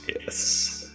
Yes